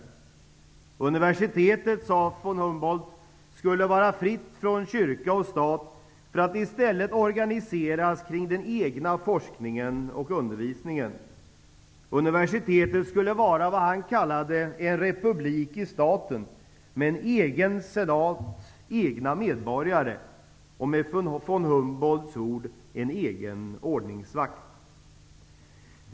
Han sade att universitetet skulle vara fritt från kyrka och stat för att i stället organiseras kring den egna forskningen och undervisningen. Universitetet skulle vara vad han kallade en republik i staten, med en egen senat och med egna medborgare. Med von Humboldts ord skulle universitetet ha sin egen ordningsvakt.